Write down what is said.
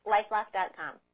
LifeLock.com